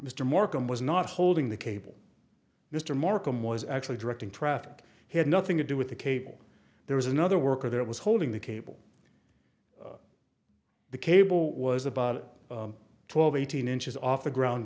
morcombe was not holding the cable mr markham was actually directing traffic he had nothing to do with the cable there was another worker there was holding the cable the cable was about twelve eighteen inches off the ground